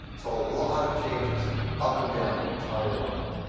so, a lot of changes up and down the entire line.